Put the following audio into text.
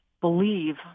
believe